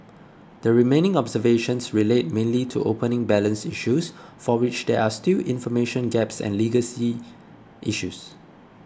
the remaining observations relate mainly to opening balance issues for which there are still information gaps and legacy issues